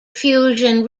fusion